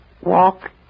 Walk